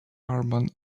urban